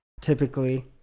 typically